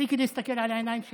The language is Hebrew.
תפסיקי להסתכל על העיניים שלי.